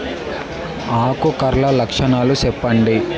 ఆకు కర్ల లక్షణాలు సెప్పండి